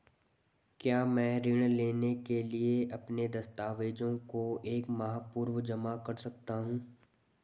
क्या मैं ऋण लेने के लिए अपने दस्तावेज़ों को एक माह पूर्व जमा कर सकता हूँ?